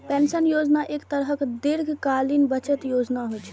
pension योजना एक तरहक दीर्घकालीन बचत योजना होइ छै